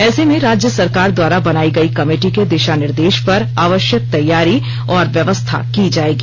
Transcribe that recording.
ऐसे में राज्य सरकार द्वारा बनाई गई कमिटी के दिशा निर्देश पर आवश्यक तैयारी और व्यवस्था की जाएगी